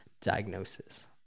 diagnosis